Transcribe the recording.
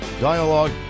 dialogue